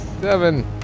seven